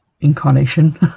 incarnation